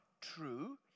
True